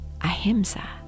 ahimsa